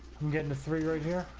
and get and three radio